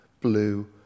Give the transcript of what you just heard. blue